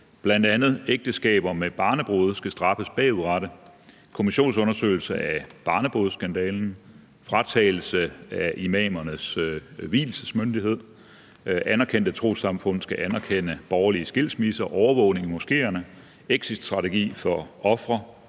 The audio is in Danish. bl.a. at ægteskaber med barnebrude skal straffes bagudrettet, kommissionsundersøgelse af barnebrudsskandalen, fratagelse af imamernes vielsesmyndighed, at anerkendte trossamfund skal anerkende borgerlige skilsmisser, overvågning af moskéerne, exitstrategi for ofre,